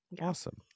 Awesome